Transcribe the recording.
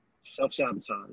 self-sabotage